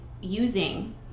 using